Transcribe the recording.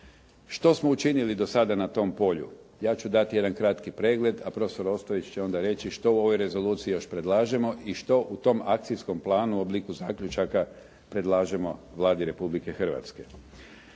Što smo učinili do sada na tom polju? Ja ću dati jedan kratki pregled, a profesor Ostojić će onda reći što u ovoj rezoluciji još predlažemo i što u tom akcijskom planu u obliku zaključaka predlažemo Vladi Republike Hrvatske.